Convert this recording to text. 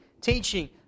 teaching